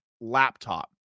laptop